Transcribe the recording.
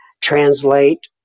translate